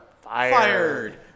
fired